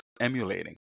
emulating